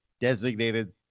designated